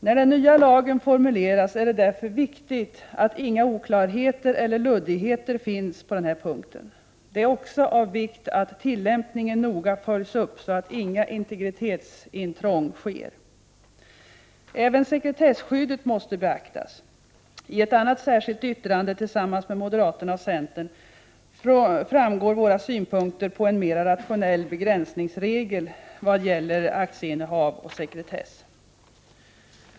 När den nya lagen formuleras är det därför viktigt att inga oklarheter eller luddigheter finns på den här punkten. Det är också av vikt att tillämpningen noga följs upp, så att inga integritetsintrång sker. Även sekretesskyddet måste beaktas. I ett annat särskilt yttrande tillsam mans med moderaterna och centern framgår våra synpunkter på en mera rationell begränsningsregel i vad gäller aktieinnehav och sekretess.